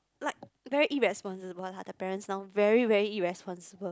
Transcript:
like very irresponsible lah the parents now very very irresponsible